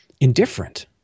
indifferent